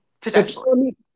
Potentially